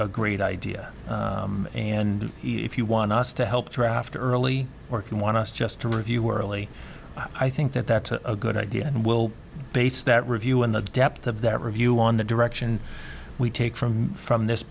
a great idea and if you want us to help craft early or if you want us just to review were early i think that that's a good idea and we'll base that review in the depth of that review on the direction we take from from this